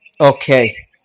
Okay